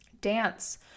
Dance